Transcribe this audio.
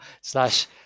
slash